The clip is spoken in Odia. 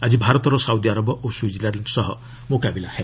ଆଜି ଭାରତର ସାଉଦି ଆରବ ଓ ସୁଇଜରଲ୍ୟାଣ୍ଡ୍ ସହ ମୁକାବିଲା ହେବ